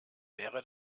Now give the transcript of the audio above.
wäre